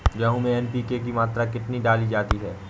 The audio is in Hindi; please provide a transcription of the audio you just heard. गेहूँ में एन.पी.के की मात्रा कितनी डाली जाती है?